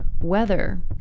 Weather